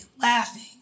laughing